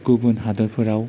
गुबुन हादरफोराव